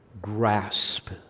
grasp